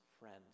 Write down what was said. friends